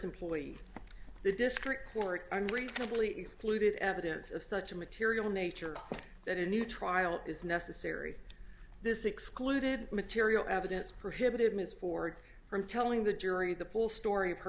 employee the discreet court reasonably excluded evidence of such a material nature that a new trial is necessary this excluded material evidence prohibited ms ford from telling the jury the full story of her